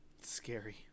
scary